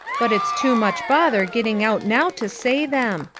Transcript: but it's too much bother getting out now to say them.